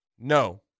No